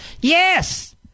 Yes